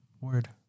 Word